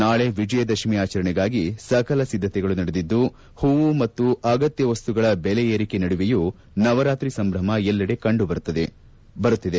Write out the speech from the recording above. ನಾಳೆ ವಿಜಯ ದಶಮಿ ಆಚರಣೆಗಾಗಿ ಸಕಲ ಸಿದ್ದತೆಗಳು ನಡೆದಿದ್ದು ಪೂ ಮತ್ತು ಆಗತ್ಯ ವಸ್ತುಗಳ ಬೆಲೆ ಏರಿಕೆ ನಡುವೆಯೂ ನವರಾತ್ರಿ ಸಂಟ್ರಮ ಎಲ್ಲೆಡೆ ಕಂಡುಬರುತ್ತಿದೆ